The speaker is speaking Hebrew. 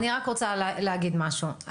אני רק רוצה להגיד משהו.